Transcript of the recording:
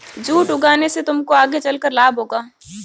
jute उगाने से तुमको आगे चलकर लाभ होगा